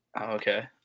Okay